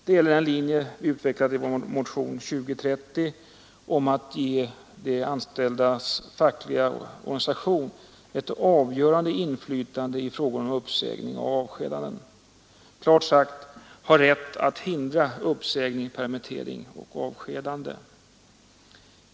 Det gäller den linje vi utvecklat i motionen 2030 om att ge de anställdas fackliga organisation ett avgörande inflytande i frågor om uppsägning och avskedanden. Klart utsagt: ha rätt att hindra uppsägning, permittering och avskedande.